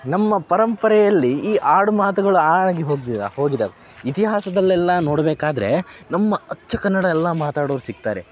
ನಮ್ಮ ಪರಂಪರೆಯಲ್ಲಿ ಈ ಆಡುಮಾತುಗಳು ಆಗಿ ಹೋಗ್ದಿರೆ ಹೋಗಿದೆ ಇತಿಹಾಸದಲ್ಲೆಲ್ಲ ನೋಡಬೇಕಾದ್ರೆ ನಮ್ಮ ಅಚ್ಚ ಕನ್ನಡ ಎಲ್ಲ ಮಾತಾಡೋರು ಸಿಗ್ತಾರೆ